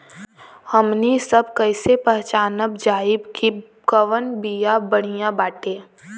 हमनी सभ कईसे पहचानब जाइब की कवन बिया बढ़ियां बाटे?